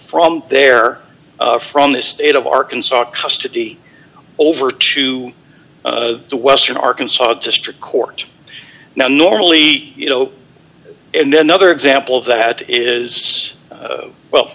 from there from the state of arkansas custody over to the western arkansas district court now normally you know and another example of that is well